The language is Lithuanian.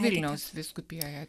vilniaus vyskupijoje